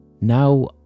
Now